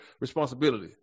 responsibility